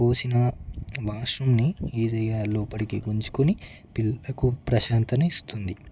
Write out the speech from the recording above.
పోసిన వాష్రూమ్ని ఈజీగా లోపలకి గుంజుకుని పిల్లలకు ప్రశాంతతను ఇస్తుంది